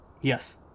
Yes